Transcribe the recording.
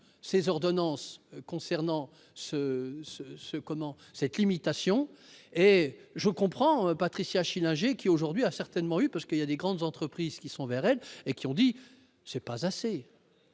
ce ce ce comment cette limitation et je comprends Patricia Schillinger qui aujourd'hui a certainement eu parce qu'il y a des grandes entreprises qui sont Vairelles et qui ont dit : c'est pas assez et